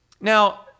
Now